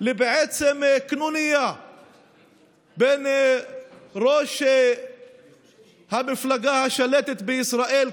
לקנוניה בין ראש המפלגה השלטת בישראל כיום,